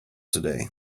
today